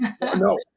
No